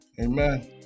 Amen